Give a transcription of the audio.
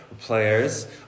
players